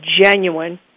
genuine